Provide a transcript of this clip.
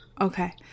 Okay